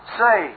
say